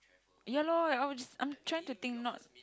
ya lor I was just I'm trying to think not